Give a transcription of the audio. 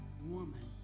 woman